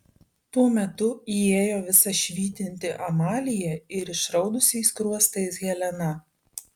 tuo metu įėjo visa švytinti amalija ir išraudusiais skruostais helena